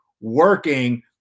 working